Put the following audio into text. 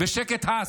ושקט הס.